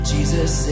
Jesus